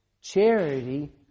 Charity